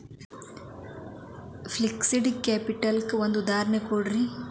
fixed capital ಕ್ಕ ಒಂದ್ ಉದಾಹರ್ಣಿ ಕೊಡ್ರಿ